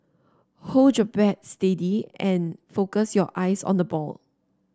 hold your bat steady and focus your eyes on the ball